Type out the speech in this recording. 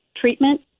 treatment